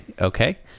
okay